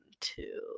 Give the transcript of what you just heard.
two